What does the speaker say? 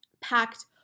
packed